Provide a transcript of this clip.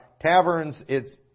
taverns—it's